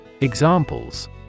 Examples